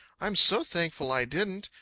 i'm so thankful i didn't.